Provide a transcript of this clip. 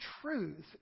truth